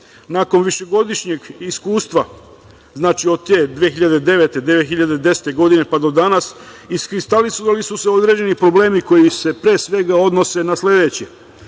nakon višegodišnjeg iskustva, znači, od te 2009 - 2010 godine, pa do danas iskristalisali su se određeni problemi koji se pre svega odnose na sledeće. Na